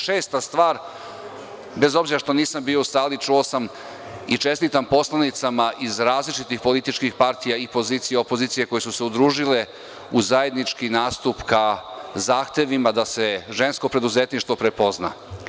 Šesta stvar, bez obzira što nisam bio u sali, čuo sam i čestitam poslanicama iz različitih političkih partija iz pozicije i opozicije koje su se udružile u zajednički nastup ka zahtevima da se žensko preduzetništvo prepozna.